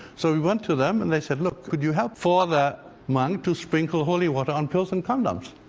so we went to them and they said look, could you help? for the monk to sprinkle holy water on pills and condoms.